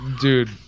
Dude